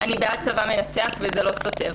"אני בעד צבא מנצח וזה לא סותר".